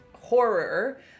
horror